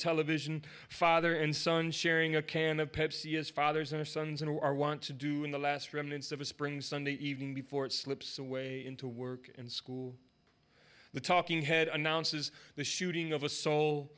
television father and son sharing a can of pepsi as fathers or sons and our want to do in the last remnants of a spring sunday evening before it slips away into work and school the talking head announces the shooting of a soul